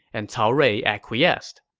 and cao rui acquiesced.